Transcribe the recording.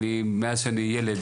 אני מאז שאני ילד,